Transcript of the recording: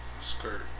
Skirt